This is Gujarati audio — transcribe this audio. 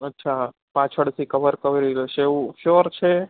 અચ્છા પાછળથી કવર કરી લેશો એવું સ્યોર છે